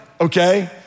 okay